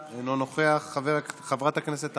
חבר הכנסת אלי אבידר,